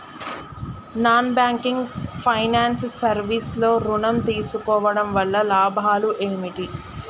Non banking finance service లో ఋణం తీసుకోవడం వల్ల లాభాలు ఏమిటి?